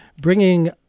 bringing